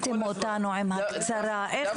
שמה